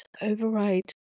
override